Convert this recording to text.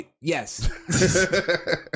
Yes